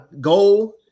goal